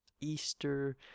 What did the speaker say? easter